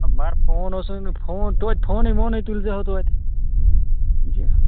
آ مگر فون اوسُے نہٕ فون توتہِ فونُے ووٚنُے تُلۍزِہیو توتہِ